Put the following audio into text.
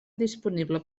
disponible